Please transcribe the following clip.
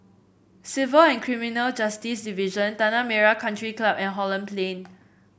Civil and Criminal Justice Division Tanah Merah Country Club and Holland Plain